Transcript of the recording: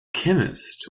chemist